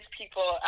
people